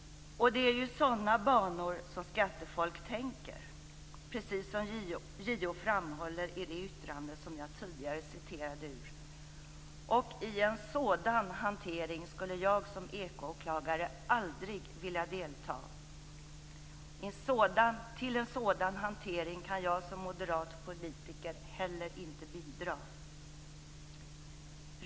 Det är ju i sådana banor som skattefolk tänker, precis som JO framhåller i det yttrande som jag tidigare citerade ur. I en sådan hantering skulle jag som ekoåklagare aldrig vilja delta. Till en sådan hantering kan jag som moderat politiker heller inte bidra.